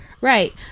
Right